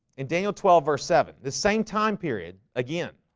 in daniel twelve verse seven the same time period again